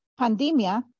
pandemia